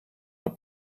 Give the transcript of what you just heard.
del